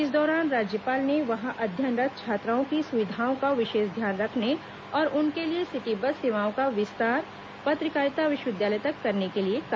इस दौरान राज्यपाल ने वहां अध्ययनरत् छात्राओं की सुविधाओं का विशेष ध्यान रखने और उनके लिए सिटी बस सेवाओं का विस्तार पत्रकारिता विश्वविद्यालय तक करने के लिए कहा